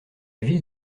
ville